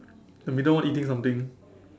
the middle one eating something